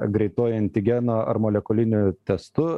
greituoju antigeno ar molekuliniu testu